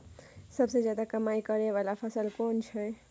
सबसे ज्यादा कमाई करै वाला फसल कोन छै?